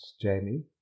Jamie